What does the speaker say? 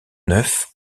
neuf